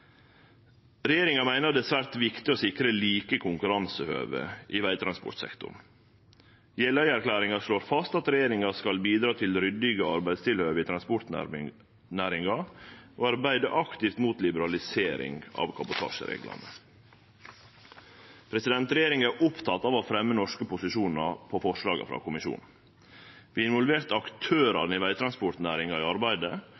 Regjeringa meiner det er svært viktig å sikre like konkurransehøve i vegtransportsektoren. Jeløya-erklæringa slår fast at regjeringa skal bidra til ryddige arbeidstilhøve i transportnæringa og arbeide aktivt mot liberalisering av kabotasjereglane. Regjeringa er oppteken av å fremje norske posisjonar på forslaga frå Kommisjonen. Vi har involvert aktørane i vegtransportnæringa i arbeidet,